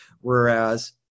whereas